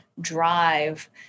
drive